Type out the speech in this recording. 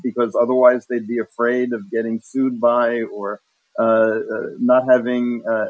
because otherwise they'd be afraid of getting sued by or not having